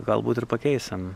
galbūt ir pakeisim